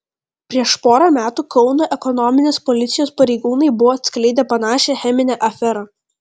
prieš porą metų kauno ekonominės policijos pareigūnai buvo atskleidę panašią cheminę aferą